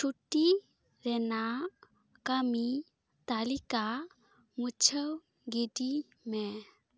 ᱪᱷᱩᱴᱤ ᱨᱮᱱᱟᱜ ᱠᱟᱹᱢᱤ ᱛᱟᱹᱞᱤᱠᱟ ᱢᱩᱪᱷᱟᱹᱣ ᱜᱤᱰᱤᱭᱢᱮ